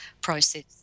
process